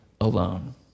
alone